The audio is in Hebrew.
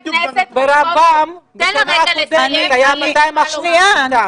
ברמב"ם, בשנה הקודמת היה 200% תפוסה.